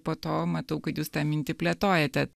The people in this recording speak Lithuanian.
po to matau kad jūs tą mintį plėtojate